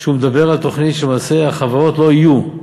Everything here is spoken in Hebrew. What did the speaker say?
שהוא מדבר על תוכנית שלמעשה החברות לא יהיו,